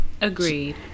Agreed